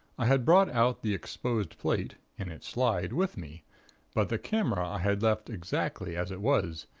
i had brought out the exposed plate in its slide with me but the camera i had left exactly as it was,